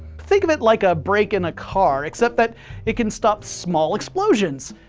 think of it like a brake in a car, except that it can stop small explosions.